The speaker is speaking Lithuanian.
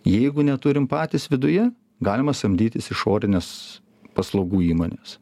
jeigu neturim patys viduje galima samdytis išorines paslaugų įmones